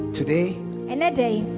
today